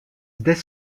dès